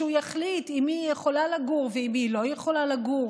שהוא יחליט עם מי היא יכולה לגור ועם מי היא לא יכולה לגור,